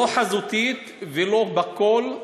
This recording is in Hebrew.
לא חזותית ולא בקול,